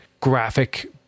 graphic